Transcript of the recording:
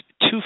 two